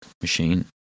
machine